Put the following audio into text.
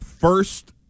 first